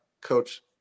coach